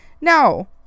no